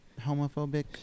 homophobic